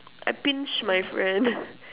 I pinched my friend